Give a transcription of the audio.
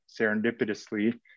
serendipitously